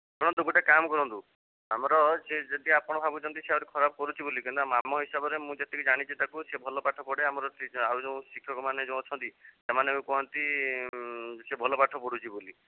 ଶୁଣନ୍ତୁ ଗୋଟେ କାମ କରନ୍ତୁ ଆମର ସିଏ ଯଦି ଆପଣ ଭାବୁଛନ୍ତି ସିଏ ଆହୁରି ଖରାପ୍ କରୁଛି ବୋଲିକିନା ଆମ ହିସାବରେ ମୁଁ ଯେତିକି ଜାଣିଛି ତା'କୁ ସେ ଭଲ ପାଠ ପଢ଼େ ଆମର ସେ ଆଉ ଯେଉଁ ଶିକ୍ଷକମାନେ ଯୋଉ ଅଛନ୍ତି ସେମାନେ ବି କୁହନ୍ତି ସେ ଭଲ ପାଠ ପଢ଼ୁଛି ବୋଲି